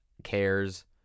cares